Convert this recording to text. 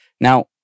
Now